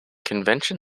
convention